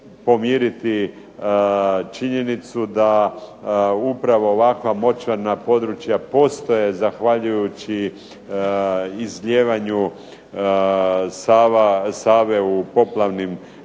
pomiriti činjenicu da upravo ovakva močvarna područja postoje zahvaljujući izlijevanju Save u poplavnim,